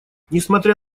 несмотря